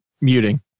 muting